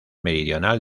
meridional